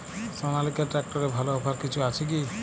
সনালিকা ট্রাক্টরে ভালো অফার কিছু আছে কি?